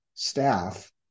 Staff